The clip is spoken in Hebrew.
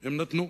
הם נתנו,